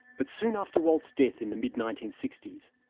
but soon after walt's death in the mid nineteen sixty s,